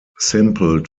simple